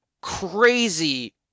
crazy